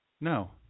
No